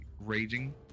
raging